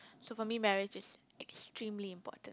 so for me marriage is extremely important